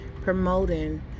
promoting